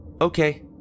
Okay